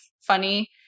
funny